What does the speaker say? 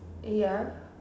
ya